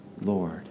Lord